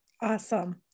Awesome